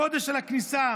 גודש על הכניסה,